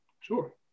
Sure